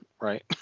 right